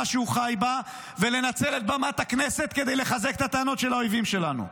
שהוא חי בה ולנצל את במת הכנסת כדי לחזק את הטענות של האויבים שלנו.